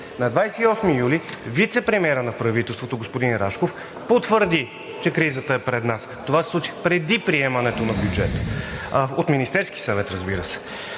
2021 г. вицепремиерът на правителството господин Рашков потвърди, че кризата е пред нас. Това се случи преди приемането на бюджета от Министерския съвет, разбира се,